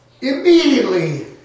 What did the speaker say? immediately